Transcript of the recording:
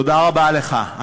תודה רבה לך.